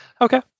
Okay